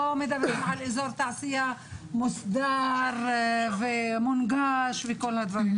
אני לא מדברת על אזור תעשיה מוסדר ומונגש וכל הדברים האלה,